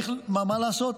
מה לעשות?